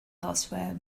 elsewhere